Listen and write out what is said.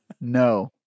No